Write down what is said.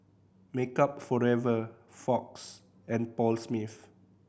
Makeup Forever Fox and Paul Smith